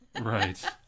Right